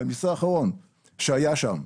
בביצוע האחרון שהיה שם,